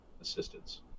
assistance